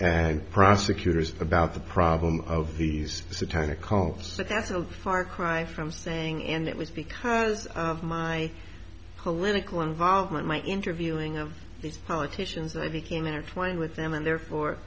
and prosecutors about the problem of these satanic cults but that's a far cry from saying and it was because of my political involvement my interviewing of politicians i became an airplane with them and therefore